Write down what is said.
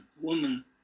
woman